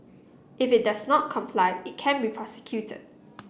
if it does not comply it can be prosecuted